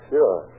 Sure